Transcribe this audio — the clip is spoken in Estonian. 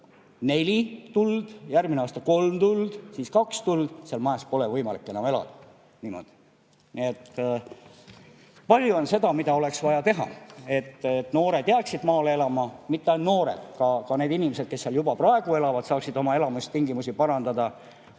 neli tuld, järgmine aasta kolm tuld, siis kaks tuld. Sellises majas pole enam võimalik elada. Palju on seda, mida oleks vaja teha, et noored jääksid maale elama. Ja mitte ainult noored. Ka need inimesed, kes seal praegu elavad, peaksid saama oma elamistingimusi parandada.